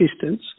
distance